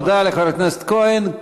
תודה לחבר הכנסת כהן.